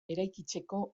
eraikitzeko